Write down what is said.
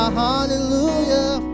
hallelujah